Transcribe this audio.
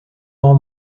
rend